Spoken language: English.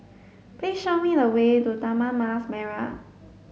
please show me the way to Taman Mas Merah